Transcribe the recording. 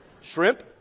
Shrimp